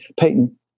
Peyton